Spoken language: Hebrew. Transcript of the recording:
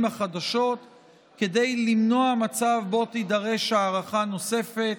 החדשות כדי למנוע מצב שבו תידרש הארכה נוספת,